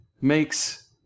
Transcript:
makes